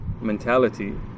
mentality